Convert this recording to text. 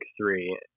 Three